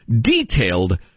detailed